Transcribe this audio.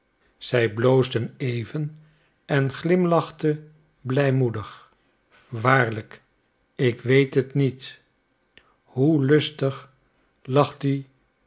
zij bloosde even en glimlachte blijmoedig waarlijk ik weet het niet hoe lustig lacht